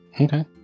Okay